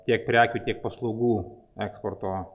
tiek prekių tiek paslaugų eksporto